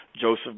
Joseph